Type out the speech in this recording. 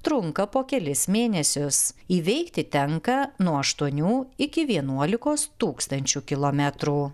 trunka po kelis mėnesius įveikti tenka nuo aštuonių iki vienuolikos tūkstančių kilometrų